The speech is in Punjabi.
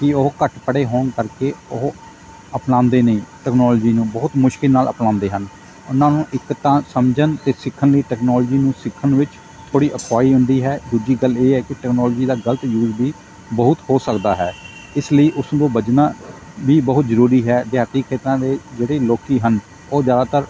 ਕਿ ਉਹ ਘੱਟ ਪੜ੍ਹੇ ਹੋਣ ਕਰਕੇ ਉਹ ਅਪਣਾਉਂਦੇ ਨਹੀਂ ਟੈਕਨੋਲਜੀ ਨੂੰ ਬਹੁਤ ਮੁਸ਼ਕਿਲ ਨਾਲ ਅਪਣਾਉਂਦੇ ਹਨ ਉਨ੍ਹਾਂ ਨੂੰ ਇੱਕ ਤਾਂ ਸਮਝਣ ਅਤੇ ਸਿੱਖਣ ਲਈ ਟੈਕਨੋਲਜੀ ਨੂੰ ਸਿੱਖਣ ਵਿੱਚ ਥੋੜ੍ਹੀ ਅਖੁਆਈ ਹੁੰਦੀ ਹੈ ਦੂਜੀ ਗੱਲ ਇਹ ਹੈ ਕਿ ਟੈਕਨੋਲਜੀ ਦਾ ਗਲਤ ਯੂਜ਼ ਵੀ ਬਹੁਤ ਹੋ ਸਕਦਾ ਹੈ ਇਸ ਲਈ ਉਸ ਤੋਂ ਬਚਣਾ ਵੀ ਬਹੁਤ ਜ਼ਰੂਰੀ ਹੈ ਦਿਹਾਤੀ ਖੇਤਰਾਂ ਦੇ ਜਿਹੜੇ ਲੋਕ ਹਨ ਉਹ ਜ਼ਿਆਦਾਤਰ